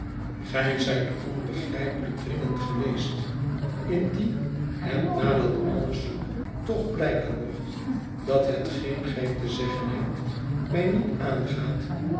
zijt onbegrijpelijk dringend geweest indien het na dat alles toch blijken mocht dat hetgeen gij te zeggen hebt mij niet aangaat